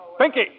Pinky